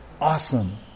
awesome